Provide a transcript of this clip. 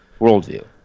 worldview